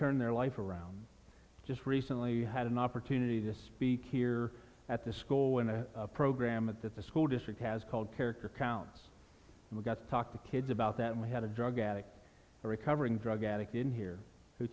turn their life around just recently had an opportunity to speak here at the school when a program at the school district has called character counts and we got to talk to kids about that we had a drug addict a recovering drug addict in here who